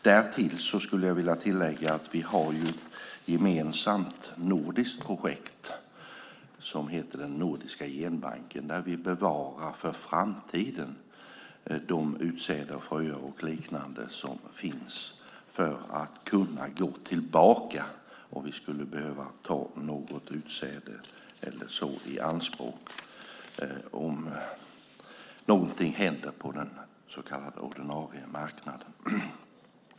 Därtill vill jag nämna att vi har ett gemensamt nordiskt projekt som heter Nordiska Genbanken där vi bevarar för framtiden de utsäden, fröer och liknande som finns för att kunna gå tillbaka om vi skulle behöva ta något utsäde eller dylikt i anspråk om någonting händer på den så kallade ordinarie marknaden.